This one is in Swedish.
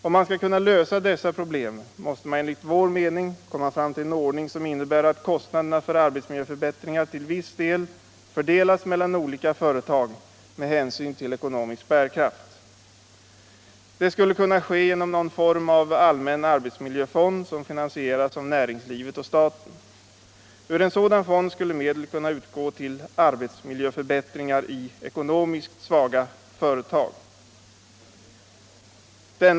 För alt kunna lösa dessa problem måste man enligt vår mening komma fram till en ordning som innebär att kostnaderna för arbetsmiljöförbättringar till viss del fördelas mellan olika företag med hänsyn till ekonomisk bärkraft. Det skulle kunna ske genom någon form av allmän " arbetsmiljöfond som finansieras av näringslivet och staten. Ur en sådan fond skulle medel kunna utgå till arbetsmiljöförbättringar i ekonomiskt svaga företag.